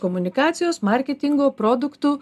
komunikacijos marketingo produktų